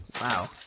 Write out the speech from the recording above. wow